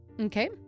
Okay